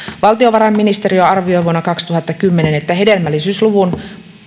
valtiovarainministeriö arvioi vuonna kaksituhattakymmenen että hedelmällisyysluvun